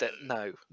no